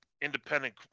independent